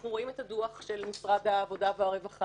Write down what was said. אנחנו רואים את הדוח של משרד העבודה והרווחה,